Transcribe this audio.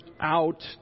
out